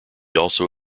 also